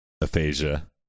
aphasia